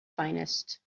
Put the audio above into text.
finest